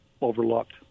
overlooked